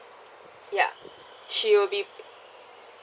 yup she will be